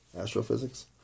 Astrophysics